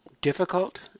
difficult